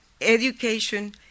education